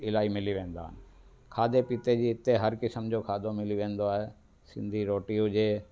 इलाही मिली वेंदा आहिनि खाधे पीते जी हिते हर किस्मु जो खाधो मिली वेंदो आहे सिंधी रोटी हुजे